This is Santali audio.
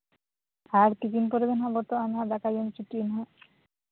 ᱟᱨ ᱛᱤᱠᱤᱱ ᱠᱚᱫᱚ ᱦᱟᱸᱜ ᱵᱚᱱᱫᱷᱚᱜᱼᱟ ᱫᱟᱠᱟ ᱡᱚᱢ ᱪᱷᱩᱴᱤᱜᱼᱟ ᱦᱟᱸᱜ